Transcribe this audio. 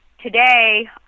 today